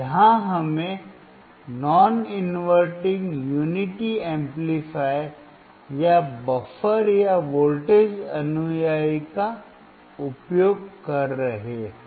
यहां हम गैर इनवर्टिंग एकता एम्पलीफायर या बफर या वोल्टेज अनुयायी का उपयोग कर रहे हैं